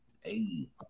Hey